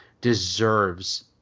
deserves